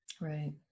Right